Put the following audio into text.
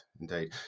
indeed